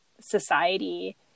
society